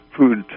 food